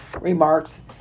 remarks